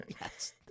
Yes